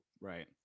Right